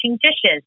dishes